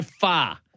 far